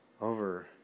over